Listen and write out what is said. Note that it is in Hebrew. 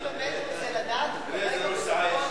רוצה לדעת, הוא כרגע בדרכו לארצות-הברית,